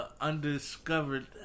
undiscovered